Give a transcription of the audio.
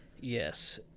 Yes